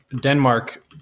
Denmark